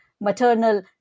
maternal